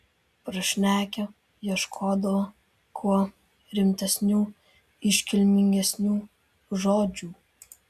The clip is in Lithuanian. prašnekę ieškodavo kuo rimtesnių iškilmingesnių žodžių